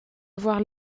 avoir